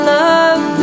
love